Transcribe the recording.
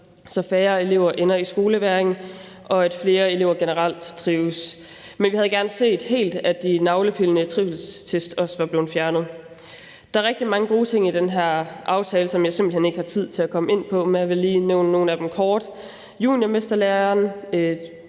så færre elever ender i skolevægring og flere elever generelt trives. Men vi havde gerne set helt, at de navnepillende trivselstest også var blevet fjernet. Der rigtig mange gode ting i den her aftale, som jeg simpelt hen ikke har tid til at komme ind på, men jeg vil lige nævne nogle af dem kort: juniormesterlæreordningen,